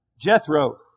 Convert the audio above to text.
Jethro